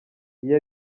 iyo